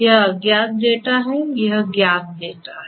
यह अज्ञात डेटा है यह ज्ञात डेटा था